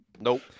Nope